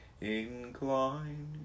Incline